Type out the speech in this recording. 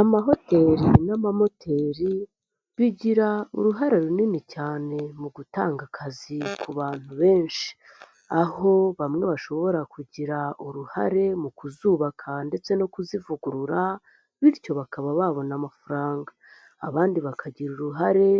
Amahoteli n'amamoteri bigira uruhare runini cyane mu gutanga akazi ku bantu benshi. Aho bamwe bashobora kugira uruhare mu kuzubaka ndetse no kuzivugurura, bityo bakaba babona amafaranga. Abandi bakagira uruhare